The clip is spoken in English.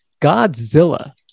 Godzilla